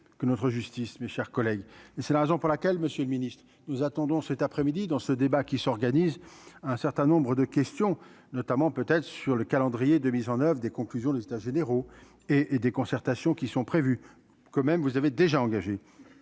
que notre justice, mes chers collègues, et c'est la raison pour laquelle, Monsieur le Ministre, nous attendons cet après-midi dans. Ce débat qui s'organise un certain nombre de questions, notamment peut-être sur le calendrier de mise en oeuvre des conclusions des états généraux et et des concertations qui sont prévues quand même, vous avez déjà engagé